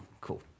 Cool